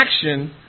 action